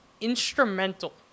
instrumental